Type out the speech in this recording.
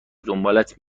دنبالت